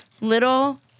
little